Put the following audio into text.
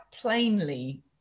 plainly